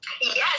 Yes